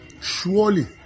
Surely